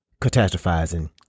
catastrophizing